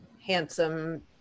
handsome